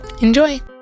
Enjoy